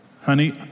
honey